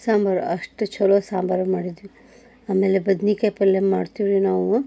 ಸಾಂಬಾರು ಅಷ್ಟು ಛಲೋ ಸಾಂಬಾರು ಮಾಡಿದ್ವಿ ಆಮೇಲೆ ಬದ್ನೆಕಾಯಿ ಪಲ್ಯ ಮಾಡ್ತೀವಿ ನಾವು